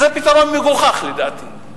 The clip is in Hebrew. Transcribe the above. זה פתרון מגוחך לדעתי.